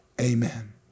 Amen